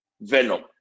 venom